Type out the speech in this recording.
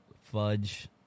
fudge